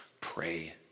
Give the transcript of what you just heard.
pray